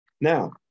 Now